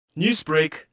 Newsbreak